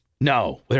No